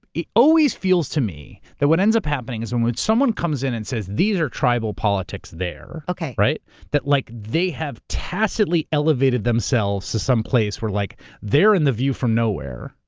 it always feels to me that what ends up happening is when someone comes in and says, these are tribal politics there. okay. that like they have tacitly elevated themselves to some place where like they're in the view from nowhere.